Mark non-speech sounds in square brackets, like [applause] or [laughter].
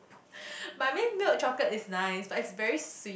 [breath] I mean milk chocolate is nice but it's very sweet